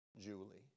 Julie